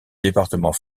département